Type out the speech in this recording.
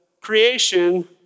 creation